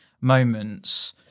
moments